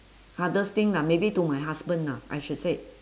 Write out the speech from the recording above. hardest thing ah maybe to my husband lah I should said